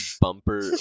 bumper